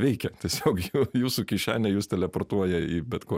veikia tiesiog jūsų kišenė jus teleportuoja į bet kur